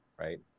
Right